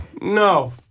No